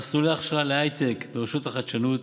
מסלולי הכשרה להייטק ברשות החדשנות,